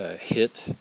hit